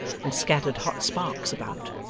and scattering hot sparks about,